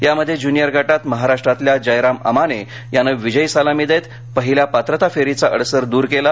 यामध्ये ज्युनियर गटात महाराष्ट्रातल्या जयराम अमाने यानं विजयी सलामी देत पहील्या पात्रता फेरीचा अडसर दुर केला